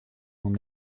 mon